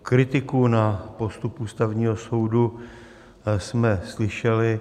Kritiku na postup Ústavního soudu jsme slyšeli.